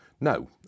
No